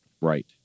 Right